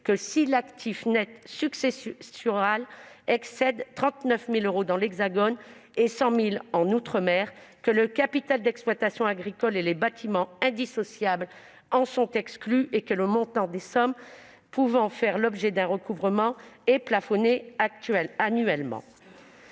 que si l'actif net successoral excède 39 000 euros dans l'Hexagone et 100 000 euros dans les outre-mer, que le capital d'exploitation agricole et les bâtiments indissociables en sont exclus et que le montant des sommes pouvant faire l'objet d'un recouvrement est plafonné annuellement.